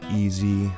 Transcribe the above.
easy